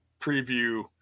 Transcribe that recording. preview